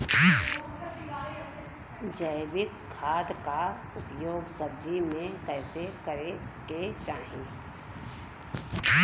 जैविक खाद क उपयोग सब्जी में कैसे करे के चाही?